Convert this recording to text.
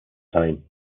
time